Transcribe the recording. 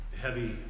heavy